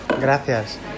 Gracias